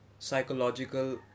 psychological